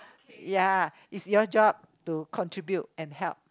ya it's your job to contribute and help